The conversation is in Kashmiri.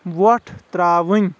وۄٹھ ترٛاوٕنۍ